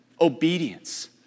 Obedience